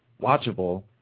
watchable